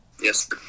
Yes